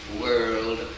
world